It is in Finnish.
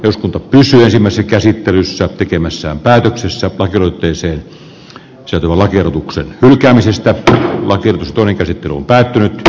uskonto tasaisimmassa käsittelyssä tekemässä päätöksessä on kyse sellolakiehdotuksen hylkäämisestä ja jos siihen on aihetta